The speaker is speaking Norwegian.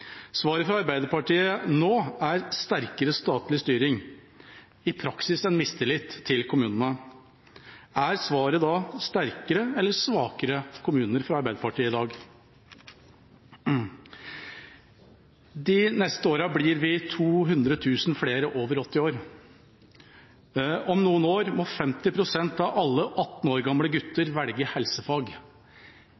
Svaret fra Arbeiderpartiet nå er sterkere statlig styring, i praksis en mistillit til kommunene. Er svaret da sterkere eller svakere kommuner fra Arbeiderpartiet i dag? De neste åra blir vi 200 000 flere over 80 år. Om noen år må 50 pst. av alle 18 år gamle gutter velge helsefag.